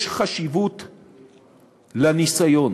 יש חשיבות לניסיון,